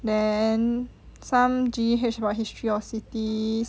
then some G_H about history or cities